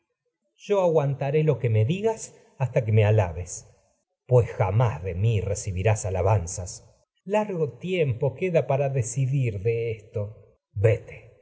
yo aguantaré lo que me digas hasta que me alabes electra pues jamás de mi recibirás alabanzas crisótemis esto largo tiempo queda para decidir de